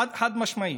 חד-משמעית.